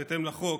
בהתאם לחוק,